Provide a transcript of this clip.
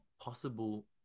possible